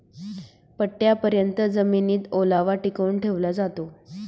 पट्टयापर्यत जमिनीत ओलावा टिकवून ठेवला जातो